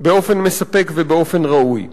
באופן מספק ובאופן ראוי.